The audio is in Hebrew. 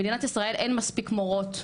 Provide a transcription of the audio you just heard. במדינת ישראל אין מספיק מורות,